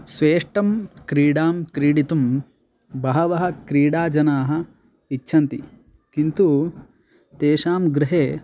स्वेष्टां क्रीडां क्रीडितुं बहवः क्रीडाजनाः इच्छन्ति किन्तु तेषां गृहे